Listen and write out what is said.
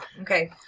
Okay